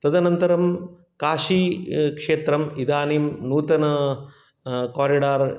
तदनन्तरं काशी क्षेत्रम् इदानीं नूतन कारिडार्